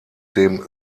dem